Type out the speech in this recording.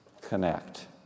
connect